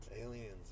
aliens